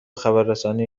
خبررسانی